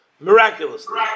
Miraculously